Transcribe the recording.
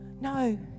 No